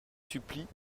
supplient